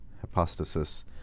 hypostasis